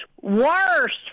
worst